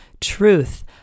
Truth